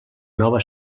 nova